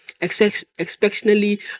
exceptionally